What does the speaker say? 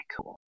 cool